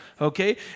Okay